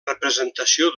representació